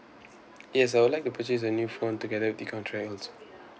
yes I would like to purchase a new phone together with the contract also